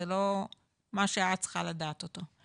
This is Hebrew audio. זה לא משהו שאת צריכה לדעת אותו.